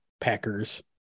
Packers